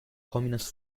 communist